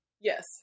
Yes